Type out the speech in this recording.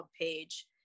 page